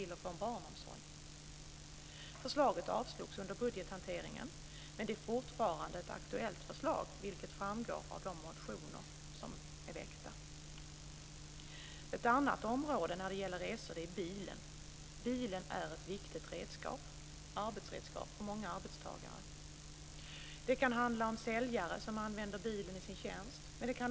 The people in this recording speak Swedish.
Sverige lider brist på hög kompetens.